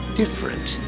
different